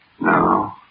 No